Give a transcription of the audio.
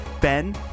Ben